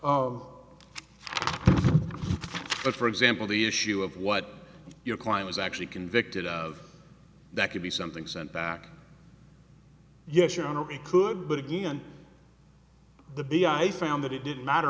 but for example the issue of what your client was actually convicted of that could be something sent back yes your honor it could but again the big i found that it didn't matter